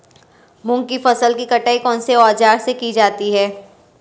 मूंग की फसल की कटाई कौनसे औज़ार से की जाती है?